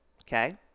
okay